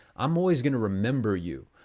i'm always gonna remember you.